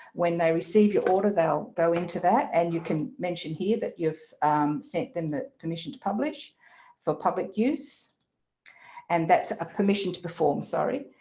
when they receive your order they'll go into that, and you can mention here that you've sent them the permission to publish for public use and that's a permission to publish perform, sorry,